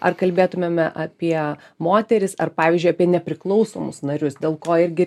ar kalbėtumėme apie moteris ar pavyzdžiui apie nepriklausomus narius dėl ko irgi